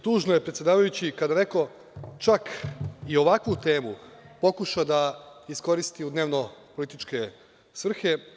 Tužno je kada neko čak i ovakvu temu pokuša da iskoristi u dnevno-političke svrhe.